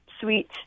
sweet